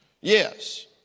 Yes